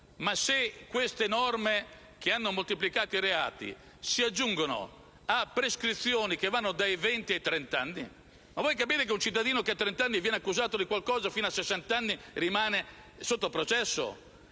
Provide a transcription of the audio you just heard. Ma queste norme, che hanno moltiplicato i reati, si aggiungono a prescrizioni che vanno dai venti ai trent'anni. Ma si vuole capire che un cittadino che a trent'anni viene accusato di qualcosa fino a sessant'anni rimane sotto processo?